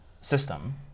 system